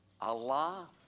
Allah